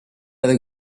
other